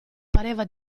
pareva